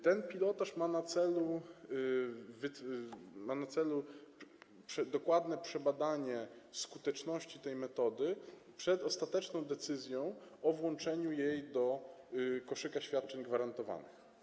Ten pilotaż ma na celu dokładne przebadanie skuteczności tej metody przed ostateczną decyzją o włączeniu jej do koszyka świadczeń gwarantowanych.